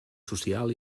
social